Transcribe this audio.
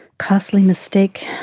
costly mistake.